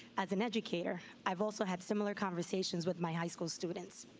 as an educator i've also had similar conversations with my high school students.